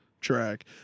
track